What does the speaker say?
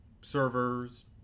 servers